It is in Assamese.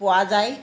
পোৱা যায়